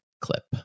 clip